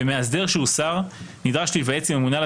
ומאסדר שהוא שר נדרש להיוועץ עם הממונה על